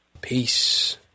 Peace